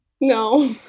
No